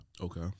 Okay